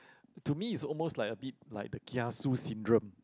to me is almost like a bit like the kiasu syndrome